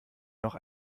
noch